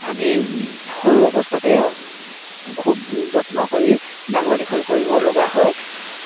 আমি সৰু অৱস্থাতে খুব যত্ন কৰি ডাঙৰ দীঘল কৰিব লগা হয়